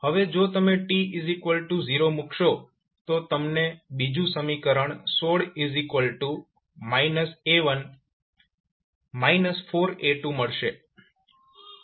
હવે જો તમે t0 મૂકશો તો તમને બીજું સમીકરણ 16 A1 4A2 મળશે